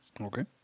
Okay